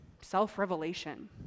self-revelation